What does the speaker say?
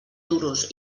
duros